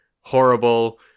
horrible